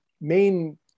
main